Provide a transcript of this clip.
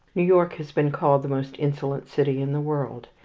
new york has been called the most insolent city in the world.